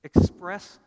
Express